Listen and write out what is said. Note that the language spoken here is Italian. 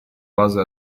base